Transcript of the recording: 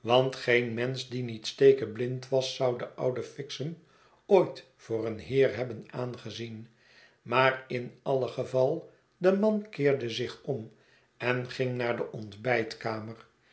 want geen mensch die niet stekeblind was zou den ouden fixem ooit voor een heer hebben aangezien maar in alle geval de man keerde zich om en ging naar de